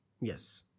Yes